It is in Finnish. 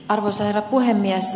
arvoisa herra puhemies